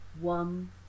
One